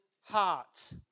heart